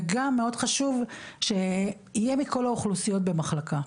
וגם מאוד חשוב שיהיה מכל האוכלוסיות במחלקה,